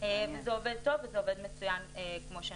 זה עובד טוב וזה עובד מצוין, כמו שאמרתי.